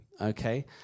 okay